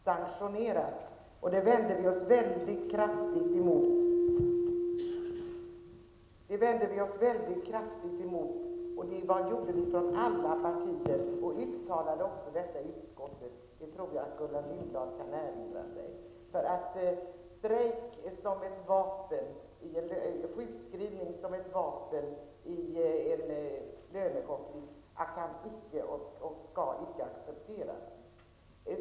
Herr talman! Jag kom just in i kammaren då jag fick höra om att man använder sjukförsäkringen som ett strejkvapen. Det vet vi. Det var poliserna som började, och det verkar ju nästan som om det därigenom var sanktionerat. Det vände vi från alla partier oss mycket kraftigt emot, och vi uttalade också detta i utskottet. Det tror jag att Gullan Lindblad kan erinra sig. Sjukskrivning som ett vapen i en lönekonflikt kan icke och skall icke accepteras.